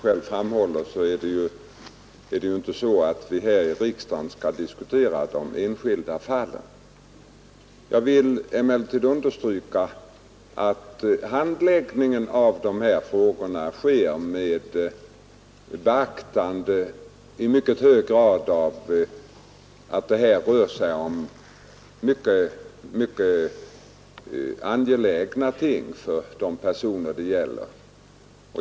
Herr talman! Som herr Hedin själv framhåller skall vi inte här i riksdagen diskutera enskilda fall. Jag vill emellertid understryka att handläggningen av dessa frågor sker med beaktande av att det rör sig om angelägna ting för de personer det gäller.